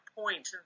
point